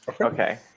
Okay